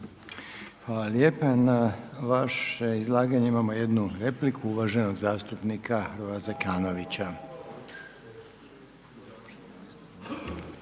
Hvala lijepa. Na vaše izlaganje imamo jednu repliku, uvaženog zastupnika Hrvoja Zekanovića.